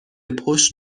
پشت